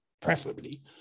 preferably